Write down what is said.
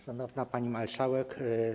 Szanowna Pani Marszałek!